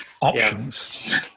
options